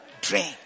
Drink